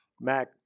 Mac